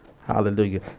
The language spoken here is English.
Hallelujah